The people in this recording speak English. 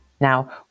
Now